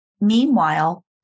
Meanwhile